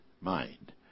mind